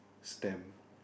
stem